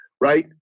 right